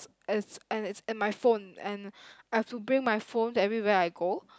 as and it's in my phone and I have to bring my phone everywhere I go